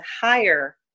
higher